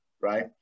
Right